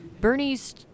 Bernie's